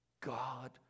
God